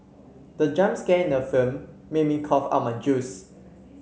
the jump scare in the film made me cough out my juice